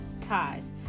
ties